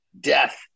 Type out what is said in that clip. death